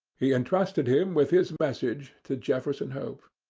he entrusted him with his message to jefferson hope.